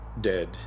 Dead